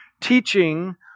teaching